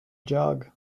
jog